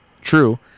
true